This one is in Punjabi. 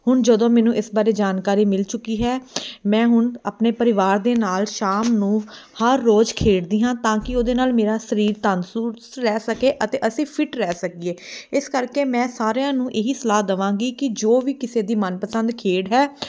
ਹੁਣ ਜਦੋਂ ਮੈਨੂੰ ਇਸ ਬਾਰੇ ਜਾਣਕਾਰੀ ਮਿਲ ਚੁੱਕੀ ਹੈ ਮੈਂ ਹੁਣ ਆਪਣੇ ਪਰਿਵਾਰ ਦੇ ਨਾਲ਼ ਸ਼ਾਮ ਨੂੰ ਹਰ ਰੋਜ਼ ਖੇਡਦੀ ਹਾਂ ਤਾਂ ਕਿ ਉਹਦੇ ਨਾਲ਼ ਮੇਰਾ ਸਰੀਰ ਤੰਦਰੁਸਤ ਰਹਿ ਸਕੇ ਅਤੇ ਅਸੀਂ ਫਿੱਟ ਰਹਿ ਸਕੀਏ ਇਸ ਕਰਕੇ ਮੈਂ ਸਾਰਿਆਂ ਨੂੰ ਇਹੀ ਸਲਾਹ ਦੇਵਾਂਗੀ ਕਿ ਜੋ ਵੀ ਕਿਸੇ ਦੀ ਮਨਪਸੰਦ ਖੇਡ ਹੈ